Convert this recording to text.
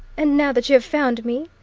and now that you have found me,